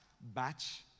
batch